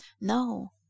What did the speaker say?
No